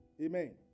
Amen